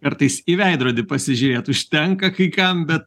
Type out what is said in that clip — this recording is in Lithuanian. kartais į veidrodį pasižiūrėt užtenka kai kam bet